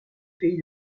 pays